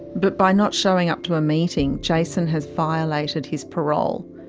but by not showing up to a meeting, jason has violated his parole.